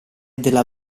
della